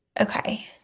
Okay